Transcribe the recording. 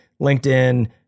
LinkedIn